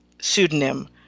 pseudonym